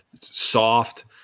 soft